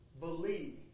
believe